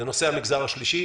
דובר בנושא המגזר השלישי.